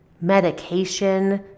medication